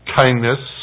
kindness